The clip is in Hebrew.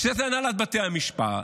הנהלת בתי המשפט